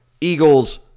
Eagles